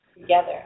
together